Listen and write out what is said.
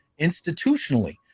institutionally